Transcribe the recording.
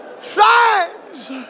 signs